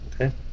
Okay